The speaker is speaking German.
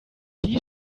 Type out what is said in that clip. die